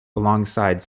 alongside